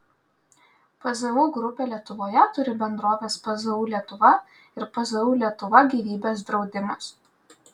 pzu grupė lietuvoje turi bendroves pzu lietuva ir pzu lietuva gyvybės draudimas